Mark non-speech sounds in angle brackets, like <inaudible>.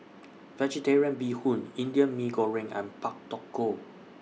<noise> Vegetarian Bee Hoon Indian Mee Goreng and Pak Thong Ko